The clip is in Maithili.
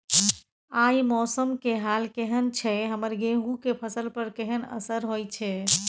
आय मौसम के हाल केहन छै हमर गेहूं के फसल पर केहन असर होय छै?